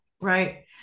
right